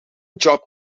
job